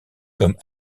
comme